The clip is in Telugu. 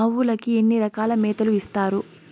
ఆవులకి ఎన్ని రకాల మేతలు ఇస్తారు?